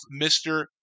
Mr